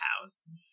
house